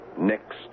next